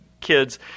kids